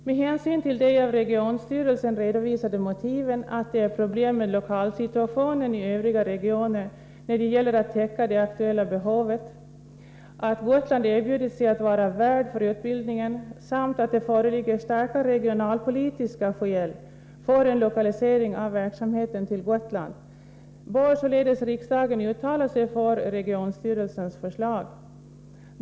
”Med hänsyn till de av regionstyrelsen redovisade motiven att det är problem med lokalsituationen i övriga regioner när det gäller att täcka det aktuella behovet, att Gotland erbjudit sig att vara värd för utbildningen samt att det föreligger starka regionalpolitiska skäl för en lokalisering av verksamheten till Gotland bör således riksdagen uttala sig för regionstyrelsens förslag.